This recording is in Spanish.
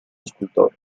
escultor